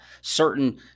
certain